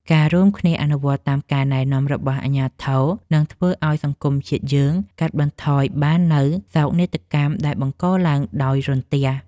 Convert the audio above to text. ការរួមគ្នាអនុវត្តតាមការណែនាំរបស់អាជ្ញាធរនឹងធ្វើឱ្យសង្គមជាតិយើងកាត់បន្ថយបាននូវសោកនាដកម្មដែលបង្កឡើងដោយរន្ទះ។